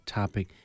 topic